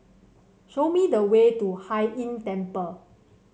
show me the way to Hai Inn Temple